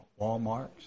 Walmarts